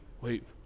Wait